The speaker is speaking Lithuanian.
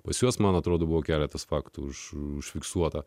pas juos man atrodo buvo keletas faktų užfiksuota